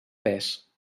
pes